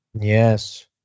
Yes